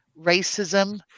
racism